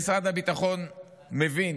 משרד הביטחון מבין